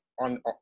on